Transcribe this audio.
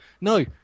no